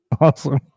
Awesome